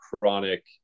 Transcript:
chronic